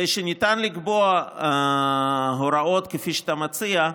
כדי שניתן יהיה לקבוע הוראות כפי שאתה מציע,